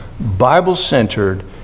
Bible-centered